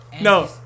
No